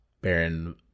Baron